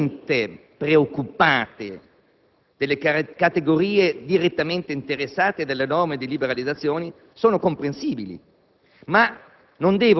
giustamente preoccupate delle categorie direttamente interessate dalle norme di liberalizzazione sono comprensibili,